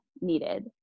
needed